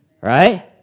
right